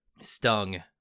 stung